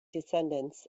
descendants